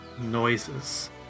noises